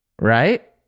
Right